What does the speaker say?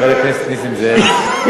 חבר הכנסת נסים זאב.